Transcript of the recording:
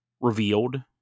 revealed